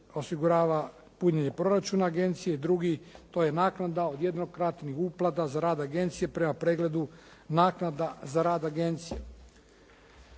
osigurava punjenje proračuna agencije i drugi to je naknada od jednokratnih uplata za rad agencije prema pregledu naknada za rad agencije.